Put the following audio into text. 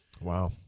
Wow